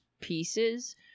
pieces